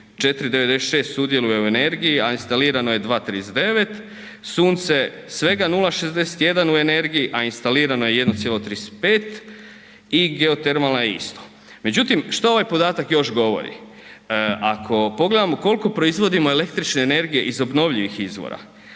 4,96 sudjeluje u energiji, a instalirano je 2,39, sunce svega 0,61 u energije, a instalirano je 1,35 i geotermalna je isto. Međutim što ovaj podatak još govori? Ako pogledamo koliko proizvodimo električne energije iz obnovljivih izvora,